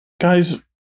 Guys